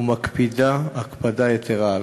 תודה רבה.